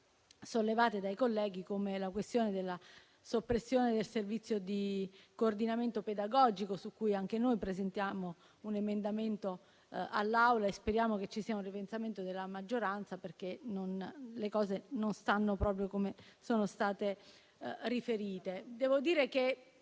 casi dai colleghi, come la questione della soppressione del servizio di coordinamento pedagogico, su cui anche noi presentiamo un emendamento in Aula, sperando che ci sia un ripensamento della maggioranza, perché le cose non stanno proprio come sono state riferite. Quello che